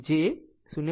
આમ તે 0